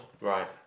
right